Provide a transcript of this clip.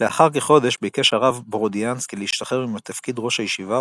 לאחר כחודש ביקש הרב בורודיאנסקי להשתחרר מתפקיד ראש הישיבה,